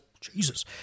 Jesus